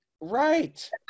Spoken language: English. right